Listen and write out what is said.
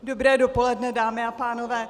Dobré dopoledne, dámy a pánové.